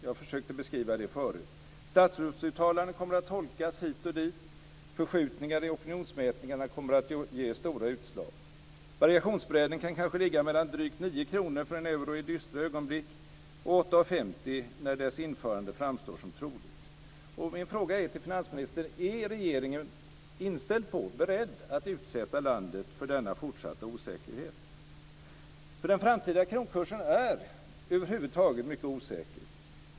Jag försökte beskriva det förut. Statsrådsuttalanden kommer att tolkas hit och dit. Förskjutningar i opinionsmätningar kommer att ge stora utslag. Variationsbredden kan kanske ligga mellan drygt 9 kr för en euro i dystra ögonblick och 8:50 kr när dess införande framstår som troligt. Min fråga till finansministern är: Är regeringen inställd på och beredd att utsätta landet för denna fortsatta osäkerhet? Den framtida kronkursen är över huvud taget mycket osäker.